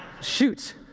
Shoot